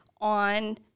on